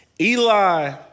Eli